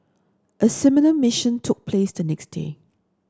a similar mission took place the next day